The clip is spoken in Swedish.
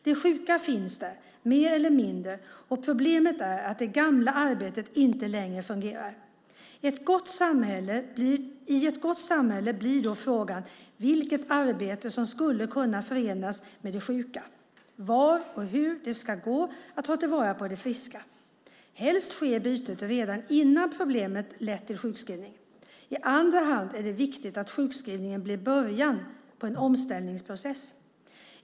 Det sjuka finns där, mer eller mindre, och problemet är att det gamla arbetet inte längre fungerar. I ett gott samhälle blir då frågan vilket arbete som skulle kunna förenas med det sjuka, var och hur det ska gå att ta till vara det friska. Helst sker bytet redan innan problemet lett till sjukskrivning. I andra hand är det viktigt att sjukskrivningen blir början på en omställningsprocess.